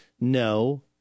No